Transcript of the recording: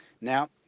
Now